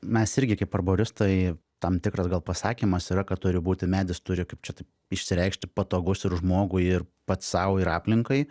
mes irgi kaip arboristai tam tikras gal pasakymas yra kad turi būti medis turi kaip čia taip išsireikšti patogus ir žmogui ir pats sau ir aplinkai